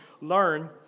learn